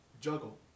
juggle